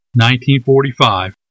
1945